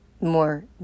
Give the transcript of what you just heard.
more